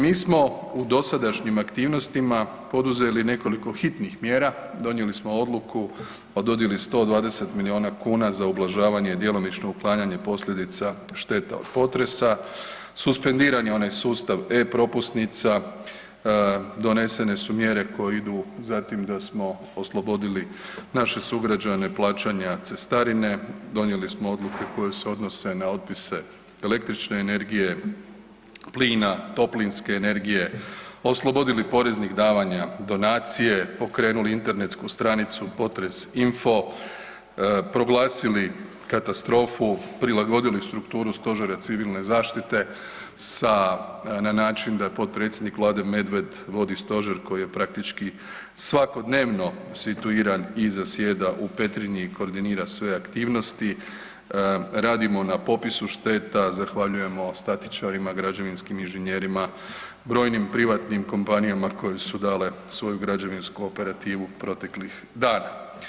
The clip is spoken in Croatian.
Mi smo u dosadašnjim aktivnostima poduzeli nekoliko hitnih mjera, donijeli smo odluku o dodjeli 120 milijuna kuna za ublažavanje i djelomično uklanjanje posljedica šteta od potresa, suspendiran je onaj sustav e-Propusnica, donesene su mjere koje idu za tim da smo oslobodili naše sugrađane plaćanja cestarine, donijeli smo odluku koja se odnose na otpise električne energije, plina, toplinske energije, oslobodili poreznih davanja donacije, pokrenuli internetsku stranicu potres.info, proglasili katastrofu, prilagodili strukturu Stožera civilne zaštite sa, na način da potpredsjednik Vlade Medved vodi Stožer koji je praktički svakodnevno situiran i zasjeda u Petrinji i koordinira sve aktivnosti, radimo na popisu šteta, zahvaljujemo statičarima, građevinskim inženjerima, brojnim privatnim kompanijama koje su dale svoju građevinsku operativu proteklih dana.